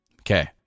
Okay